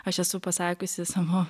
aš esu pasakiusi savo